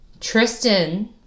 Tristan